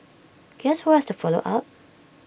guess who has to follow up